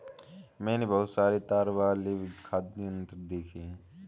मैंने बहुत सारे तार वाले वाद्य यंत्र देखे हैं